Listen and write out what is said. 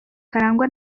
karangwa